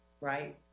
Right